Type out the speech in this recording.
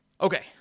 Okay